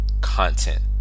content